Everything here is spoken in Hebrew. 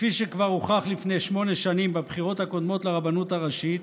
כפי שכבר הוכח לפני שמונה שנים בבחירות הקודמות לרבנות הראשית,